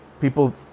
people